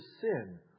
sin